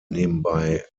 nebenbei